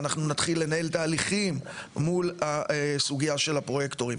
ואנחנו נתחיל לנהל תהליכים מול הסוגייה של הפרויקטורים.